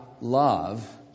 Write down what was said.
love